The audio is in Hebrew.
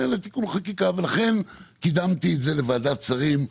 ולכן קידמתי את זה לוועדת שרים.